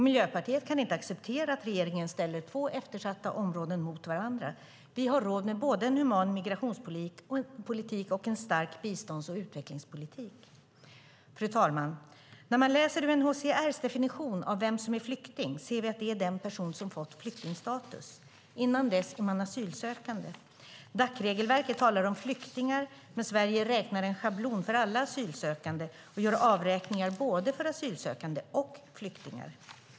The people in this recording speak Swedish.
Miljöpartiet kan inte acceptera att regeringen ställer två eftersatta områden mot varandra. Vi har råd med både en human migrationspolitik och en stark bistånds och utvecklingspolitik. Fru talman! När man läser UNHCR:s definition av vem som är flykting ser vi att det är den person som har fått flyktingstatus. Innan dess är man asylsökande. Dacregelverket talar om flyktingar, men Sverige räknar en schablon för alla asylsökande och gör avräkningar för både asylsökande och flyktingar.